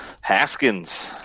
Haskins